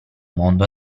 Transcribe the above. mondo